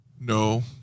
No